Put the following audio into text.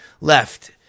left